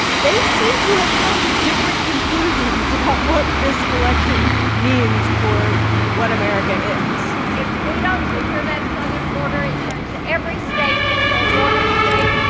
they seem to have come to different conclusions about what this election means for what america is if we don't secure that southern border, it turns every state into a border state,